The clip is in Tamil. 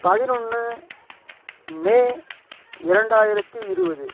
பதினொன்று மே இரண்டாயிரத்து இருபது